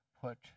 put